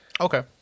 okay